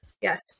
Yes